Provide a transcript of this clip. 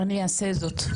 אעשה זאת.